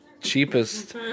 cheapest